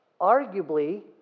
Arguably